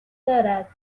دارد